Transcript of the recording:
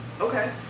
Okay